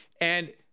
And-